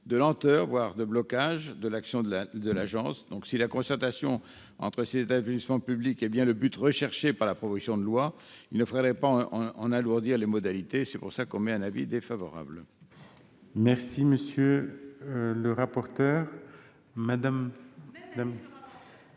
de lenteur, voire de blocage, de l'action de l'agence. Si la concertation entre ces établissements publics est bien le but recherché dans la proposition de loi, il ne faudrait pas en alourdir les modalités. L'avis est donc défavorable.